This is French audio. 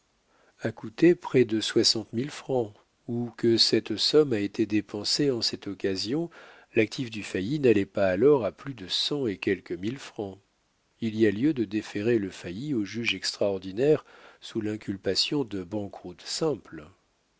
a coûté près de soixante mille francs ou que cette somme a été dépensée en cette occasion l'actif du failli n'allait pas alors à plus de cent et quelques mille francs il y a lieu de déférer le failli au juge extraordinaire sous l'inculpation de banqueroute